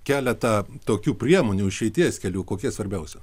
keletą tokių priemonių išeities kelių kokie svarbiausi